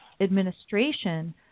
administration